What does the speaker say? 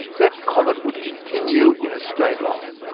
that comet would continue in a straight line.